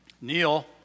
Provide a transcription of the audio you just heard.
Neil